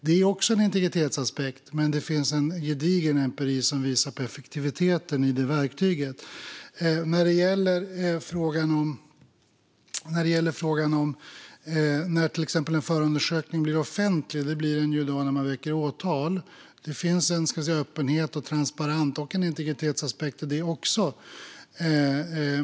Det är också en integritetsaspekt, men det finns en gedigen empiri som visar på effektiviteten i det verktyget. En förundersökning blir offentlig när man väcker åtal. Det finns en öppenhet och en transparens i det och även en integritetsaspekt.